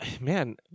man